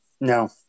No